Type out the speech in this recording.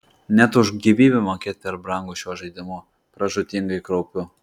net už gyvybę mokėt per brangu šiuo žaidimu pražūtingai kraupiu